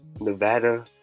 Nevada